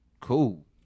Cool